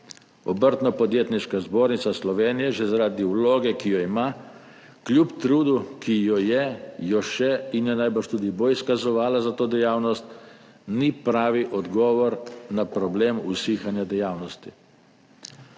Obrtno- podjetniška zbornica Slovenije že zaradi vloge, ki jo ima, kljub trudu, ki ga je, ga še in ga najbrž tudi bo izkazovala za to dejavnost, ni pravi odgovor na problem usihanja dejavnosti.